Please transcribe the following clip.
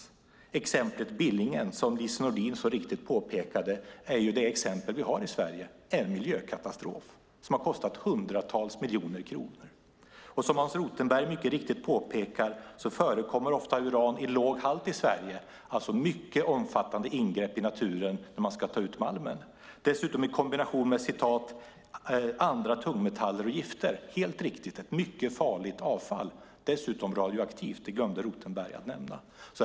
Vi har exemplet Billingen i Sverige, och som Lise Nordin så riktigt påpekade är det en miljökatastrof som kostat hundratals miljoner kronor. Som Hans Rothenberg mycket riktigt påpekar förekommer uran ofta i låg halt i Sverige, vilket innebär mycket omfattande ingrepp i naturen när man ska ta ut malmen. Dessutom sker det i kombination med "andra tungmetaller och gifter". Helt riktigt är det fråga om mycket farligt avfall som dessutom är radioaktivt, vilket Rothenberg glömde att nämna.